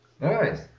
Nice